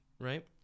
right